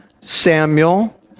Samuel